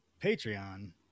Patreon